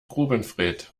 grubenfred